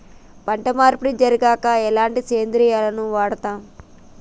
పంట మార్పిడి జరిగాక ఎలాంటి సేంద్రియాలను వాడుతం?